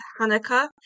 Hanukkah